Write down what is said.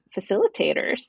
facilitators